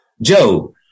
Joe